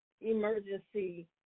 emergency